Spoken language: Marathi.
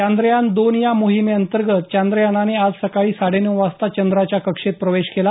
चांद्रयान दोन या मोहिमे अंतर्गत चंद्रयानाने आज सकाळी साडेनऊ वाजता चंद्राच्या कक्षेत प्रवेश केला